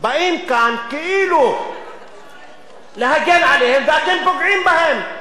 באים כאן כאילו להגן עליהם, ואתם פוגעים בהם.